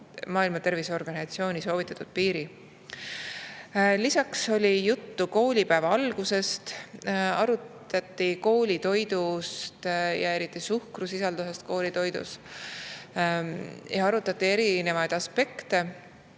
Maailma Terviseorganisatsiooni soovitatud piiri. Lisaks oli juttu koolipäeva algusest ja arutati ka koolitoidu küsimusi, eriti suhkrusisaldust koolitoidus. Siin on erinevaid aspekte,